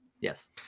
Yes